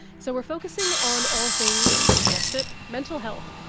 so we're focusing on all things, you guessed it, mental health.